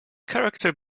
character